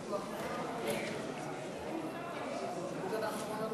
אחרון הדוברים, ולאחר מכן נעבור